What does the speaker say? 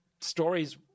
stories